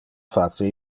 face